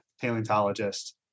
paleontologist